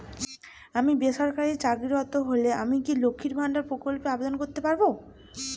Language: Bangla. আমি বেসরকারি চাকরিরত হলে আমি কি লক্ষীর ভান্ডার প্রকল্পে আবেদন করতে পারব?